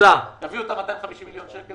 תביאו 250 מיליון שקלים